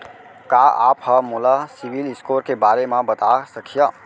का आप हा मोला सिविल स्कोर के बारे मा बता सकिहा?